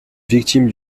victime